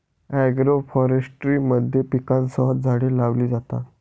agroforestry मध्ये पिकांसह झाडे लावली जातात